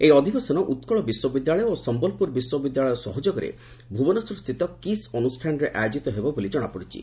ଏହି ଅଧିବେଶନ ଉକୁଳ ବିଶ୍ୱବିଦ୍ୟାଳୟ ଓ ସମ୍ଭଲପୁର ବିଶ୍ୱବିଦ୍ୟାଳୟ ସହଯୋଗରେ ଭୁବନେଶ୍ୱରସ୍ଥିତ କିସ୍ ଅନୁଷ୍ଠାନରେ ଆୟୋଜିତ ହେବ ବୋଲି ଜଶାପଡ଼ିଛି